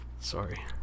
Sorry